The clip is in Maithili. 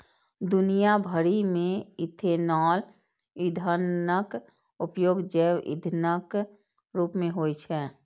दुनिया भरि मे इथेनॉल ईंधनक उपयोग जैव ईंधनक रूप मे होइ छै